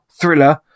thriller